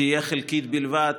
תהיה חלקית בלבד,